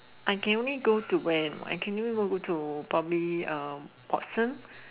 I can only go to when I can only probably uh Watsons